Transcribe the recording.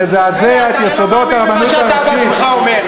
אל תהיו שותפים לאותם רפורמים בארצות-הברית,